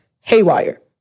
haywire